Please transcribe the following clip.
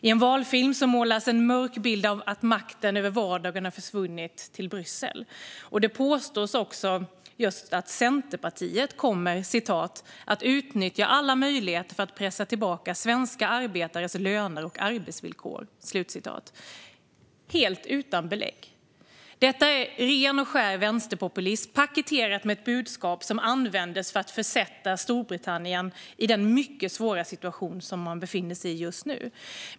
I en valfilm målas en mörk bild upp av att makten över vardagen har försvunnit till Bryssel. Det påstås också att Centerpartiet kommer att utnyttja alla möjligheter att pressa tillbaka svenska arbetares löner och arbetsvillkor - helt utan belägg. Detta är ren och skär vänsterpopulism, paketerad med ett budskap som användes för att försätta Storbritannien i den mycket svåra situation som man befinner sig i just nu.